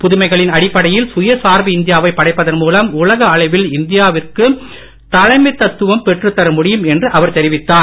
புதுமைகளின் அடிப்படையில் சுயசார்பு இந்தியாவை படைப்பதன் மூலம் உலக அளவில் இந்தியாவிற்கு தலைமைத்துவம் பெற்றுத்தர முடியும் என்று அவர் தெரிவித்தார்